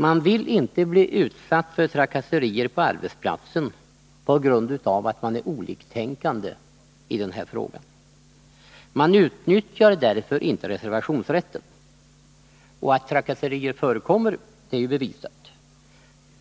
Man vill inte bli utsatt för trakasserier på arbetsplatsen på grund av att man är oliktänkande i den här frågan. Man utnyttjar därför inte reservationsrätten. Att trakasserier förekommer är bevisat.